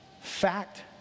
fact